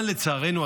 אבל לצערנו,